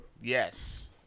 Yes